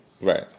Right